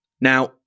Now